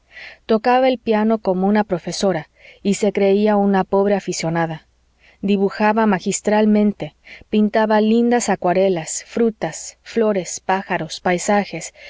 tocaba el piano como una profesora y se creía una pobre aficionada dibujaba magistralmente pintaba lindas acuarelas frutas flores pájaros paisajes